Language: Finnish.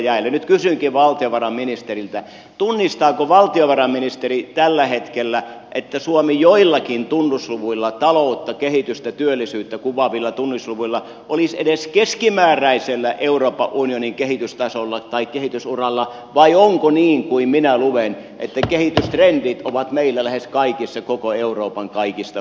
nyt kysynkin valtiovarainministeriltä tunnistaako valtiovarainministeri tällä hetkellä että suomi joillakin tunnusluvuilla taloutta kehitystä työllisyyttä kuvaavilla tunnusluvuilla olisi edes keskimääräisellä euroopan unionin kehitystasolla tai kehitysuralla vai onko niin kuin minä luen että kehitystrendit ovat meillä lähes kaikissa koko euroopan kaikista huonoimmat